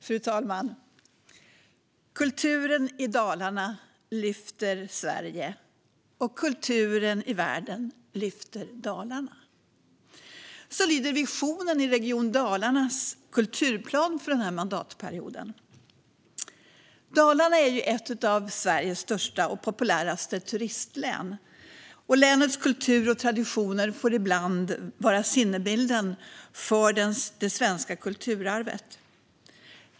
Fru talman! "Kulturen i Dalarna lyfter Sverige och kulturen i världen lyfter Dalarna" - så lyder visionen i Region Dalarnas kulturplan för denna mandatperiod. Dalarna är ett av Sveriges största och populäraste turistlän. Länets kultur och traditioner får ibland vara sinnebilden för det svenska kulturarvet.